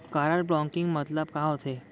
Card blocking मतलब का होथे?